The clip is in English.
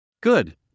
Good